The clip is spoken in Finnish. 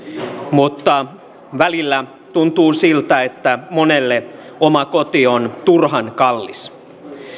mutta välillä tuntuu siltä että monelle oma koti on turhan kallis